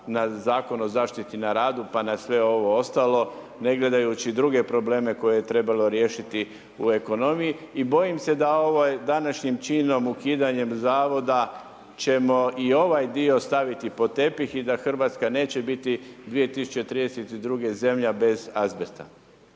na Zakon o zaštiti na radu pa na sve ovo ostalo, ne gledajući druge probleme koje je trebalo riješiti u ekonomiji. I bojim se da ovim današnjim činom, ukidanjem Zavoda ćemo i ovaj dio staviti pod tepih i da Hrvatska neće biti 2032. zemlja bez azbest.